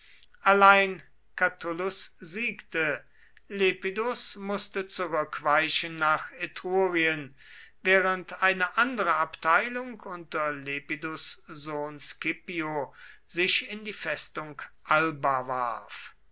allein catulus siegte lepidus mußte zurückweichen nach etrurien während eine andere abteilung unter lepidus sohn scipio sich in die festung alba warf